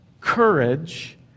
courage